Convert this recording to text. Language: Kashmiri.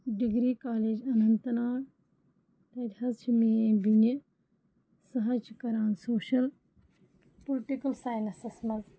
ڈِگری کالج اننت ناگ تَتہِ حظ چھِ میٛٲنۍ بیٚنہِ سُہ حظ چھِ کَران سوشَل پُلٹِکَل ساینَسَس منٛز